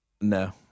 No